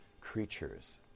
creatures